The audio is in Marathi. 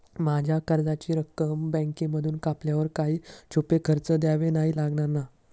माझ्या कर्जाची रक्कम बँकेमधून कापल्यावर काही छुपे खर्च द्यावे नाही लागणार ना?